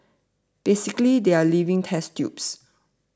basically they are living test tubes